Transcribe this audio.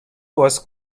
was